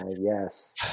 yes